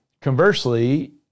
Conversely